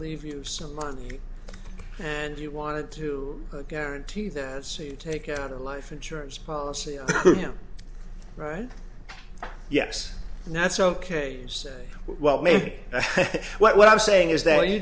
leave you some money and you wanted to guarantee them so you take out a life insurance policy on him right yes and that's ok say well maybe that's what i'm saying is that you